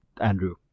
Andrew